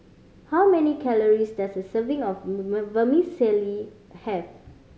how many calories does a serving of Vermicelli have